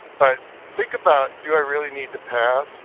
but think about, do i really need to pass?